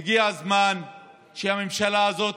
הגיע הזמן שהממשלה הזאת